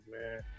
man